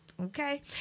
okay